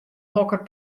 hokker